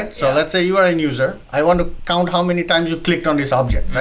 so let's say you are a user, i want to count how many times you clicked on this object.